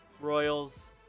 Royals